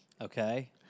Okay